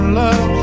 love